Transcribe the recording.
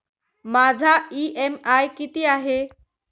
माझा इ.एम.आय किती आहे?